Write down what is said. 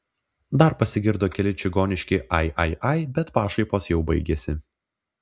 dar pasigirdo keli čigoniški ai ai ai bet pašaipos jau baigėsi